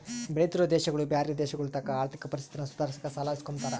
ಬೆಳಿತಿರೋ ದೇಶಗುಳು ಬ್ಯಾರೆ ದೇಶಗುಳತಾಕ ಆರ್ಥಿಕ ಪರಿಸ್ಥಿತಿನ ಸುಧಾರ್ಸಾಕ ಸಾಲ ಇಸ್ಕಂಬ್ತಾರ